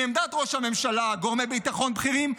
מעמדת ראש הממשלה וגורמי ביטחון בכירים,